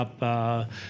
up